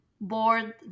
board